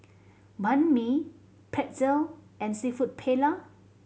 Banh Mi Pretzel and Seafood Paella